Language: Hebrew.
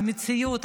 המציאות,